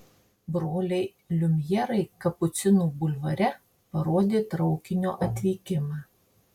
broliai liumjerai kapucinų bulvare parodė traukinio atvykimą